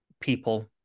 people